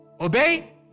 Obey